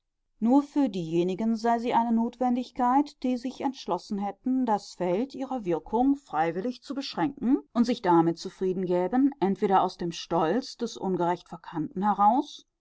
nur für diejenigen sei sie eine notwendigkeit die sich entschlossen hätten das feld ihrer wirkung freiwillig zu beschränken und sich damit zufrieden gäben entweder aus dem stolz des ungerecht verkannten heraus